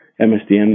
MSDN